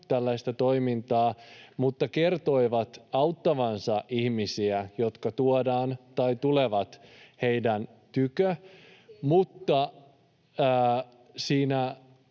tällaista toimintaa, mutta kertoivat auttavansa ihmisiä, jotka tuodaan tai tulevat heidän tykönsä. Kuitenkin